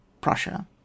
prussia